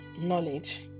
knowledge